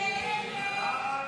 הסתייגות 99 לחלופין ב לא